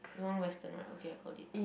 non-Western right okay I got it